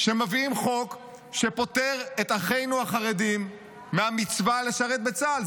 שמביאים חוק שפוטר את אחינו החרדים מהמצווה לשרת בצה"ל?